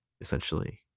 essentially